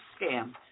scam